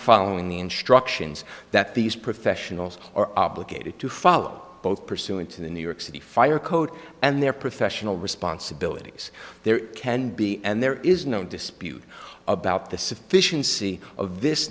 following the instructions that these professionals are obligated to follow both pursuant to the new york city fire code and their professional responsibilities there can be and there is no dispute about the sufficiency of this